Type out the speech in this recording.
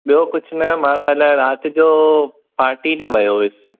ॿियो कुझु न मां कल्ह राति जो पार्टीअ ते वयो हुयुसि